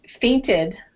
fainted